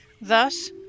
Thus